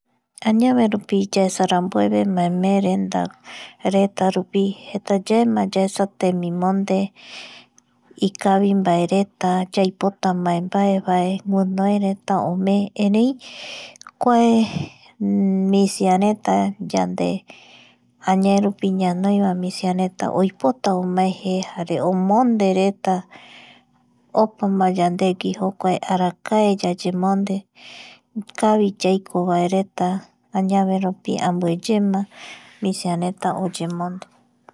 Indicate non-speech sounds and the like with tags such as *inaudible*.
Añave rupi yaesarambueve maemeerendareta rupi jeta yaema yaesa temimonde ikavimbaereta yaipota mbaembaevae gunoereta omee erei kuae *hesitation* misireta ande añaverupi ñanoiva misiareta oipota omae je jare omondereta opama yandegui jokuae arakae yayamonde ikavi yaiko vareta añaverupi ambueyema misiareta oyemomde.